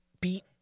beat